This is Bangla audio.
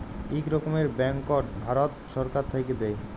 ইক রকমের ব্যাংকট ভারত ছরকার থ্যাইকে দেয়